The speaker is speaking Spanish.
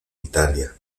italia